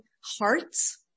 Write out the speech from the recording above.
hearts